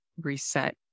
reset